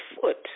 foot